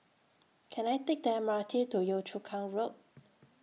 Can I Take The M R T to Yio Chu Kang Road